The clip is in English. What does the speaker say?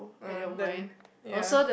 ah then ya